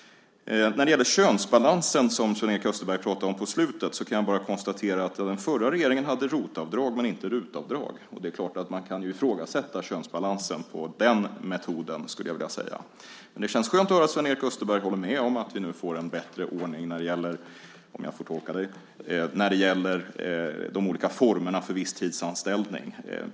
När det gäller könsbalansen, som Sven-Erik Österberg pratade om på slutet, kan jag bara konstatera att den förra regeringen hade ROT-avdrag men inte RUT-avdrag. Det är klart att man kan ifrågasätta könsbalansen i den metoden, skulle jag vilja säga. Men det känns skönt att höra Sven-Erik Österberg hålla med om att vi nu får en bättre ordning, om jag får tolka dig så, när det gäller de olika formerna för visstidsanställning.